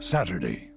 Saturday